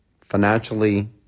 financially